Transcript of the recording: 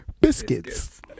biscuits